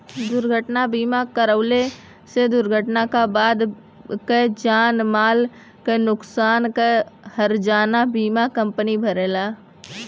दुर्घटना बीमा करवले से दुर्घटना क बाद क जान माल क नुकसान क हर्जाना बीमा कम्पनी भरेला